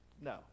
No